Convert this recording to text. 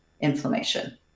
inflammation